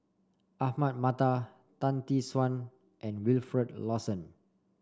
Ahmad Mattar Tan Tee Suan and Wilfed Lawson